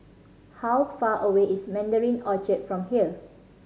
how far away is Mandarin Orchard from here